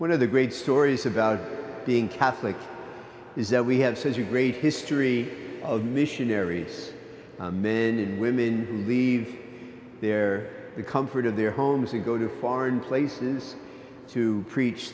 one of the great stories about being catholic is that we have says your great history of missionaries men and women who leave their the comfort of their homes and go to foreign places to preach